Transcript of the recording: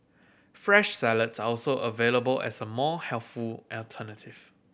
fresh salads are also available as a more healthful alternative